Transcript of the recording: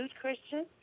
Christian